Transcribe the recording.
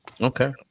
okay